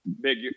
Big